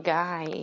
guy